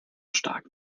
stark